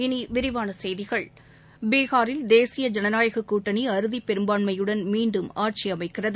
இனி விரிவான செய்திகள் பீகாரில் தேசிய ஜனநாயகக் கூட்டணி அறுதிப்பெரும்பான்மையுடன் மீண்டும் ஆட்சி அமைக்கிறது